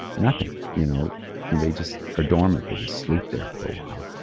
nothing. you know and they just are dormant. they just sleep there for a while.